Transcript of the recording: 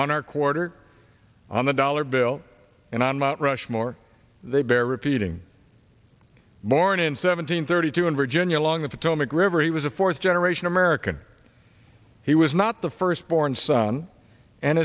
our quarter on the dollar bill and on mount rushmore they bear repeating born in seventeen thirty two in virginia along the potomac river he was a fourth generation american he was not the first born son and